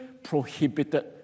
prohibited